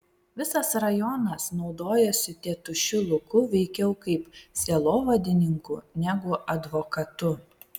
visas rajonas naudojosi tėtušiu luku veikiau kaip sielovadininku negu advokatu